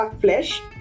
flesh